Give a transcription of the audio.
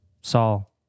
Saul